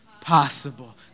possible